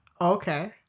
Okay